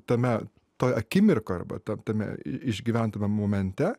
tame to akimirkoj arba tam tame išgyventame momente